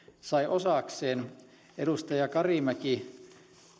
sai osakseen oli se kun edustaja karimäki